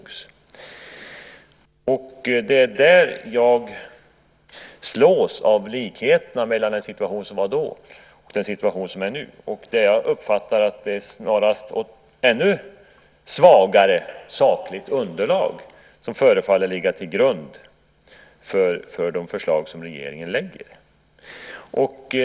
Och jag slås av likheterna mellan den situation som var då och den situation som är nu. Och jag uppfattar att det snarast är ett ännu svagare sakligt underlag som förefaller ligga till grund för de förslag som regeringen lägger fram.